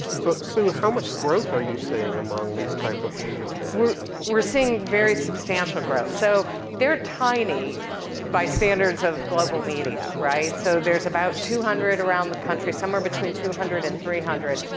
so sue, how much growth are you seeing among these type of news organizations? we're seeing very substantial growth. so they're tiny by standards of global media, right. so there's about two hundred around the country, somewhere between two hundred and three hundred,